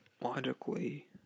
logically